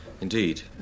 Indeed